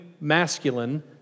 masculine